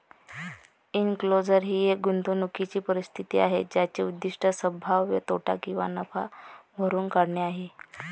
enclosure ही एक गुंतवणूकीची परिस्थिती आहे ज्याचे उद्दीष्ट संभाव्य तोटा किंवा नफा भरून काढणे आहे